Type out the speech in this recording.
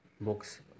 books